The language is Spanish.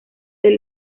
del